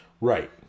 right